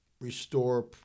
restore